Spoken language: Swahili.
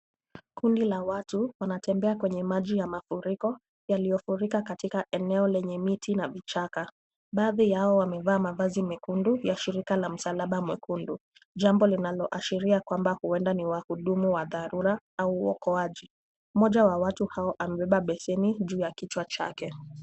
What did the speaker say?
Kundi la watu wanatembea kwenye maji ya mafuriko yalihofurika katika eneo lenye miti na vichaka. Baadhi ya hao wamevaa mavazi mekundu ya shirika la msalaba mwekundu. Jambo linaloashiria kwamba huenda ni wahudumu wa dharura au waokoaji. Mmoja wa watu hawa amebeba beseni juu ya kichwa chake.